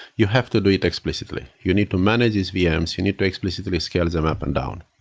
you have to do it explicitly. you need to manage these vms. you need to explicitly scale them up and down.